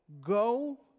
go